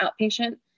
outpatient